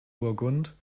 burgund